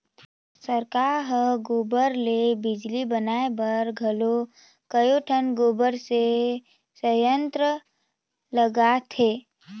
सरकार हर गोबर ले बिजली बनाए बर घलो कयोठन गोठान मे संयंत्र लगात हे